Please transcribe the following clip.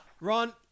Ron